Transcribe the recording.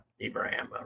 Abraham